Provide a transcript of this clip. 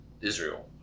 Israel